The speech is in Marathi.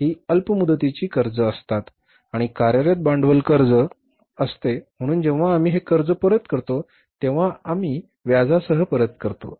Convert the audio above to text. ही अल्प मुदतीची कर्ज असते किंवा कार्यरत भांडवल कर्ज असते म्हणून जेव्हा आम्ही हे कर्ज परत करतो तेव्हा आम्ही व्याजासह परत करतो